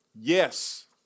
Yes